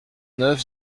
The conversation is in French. neuf